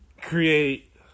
create